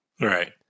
Right